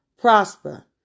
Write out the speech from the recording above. prosper